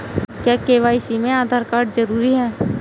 क्या के.वाई.सी में आधार कार्ड जरूरी है?